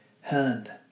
hand